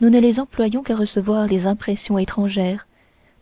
nous ne les employons qu'à recevoir les impressions étrangères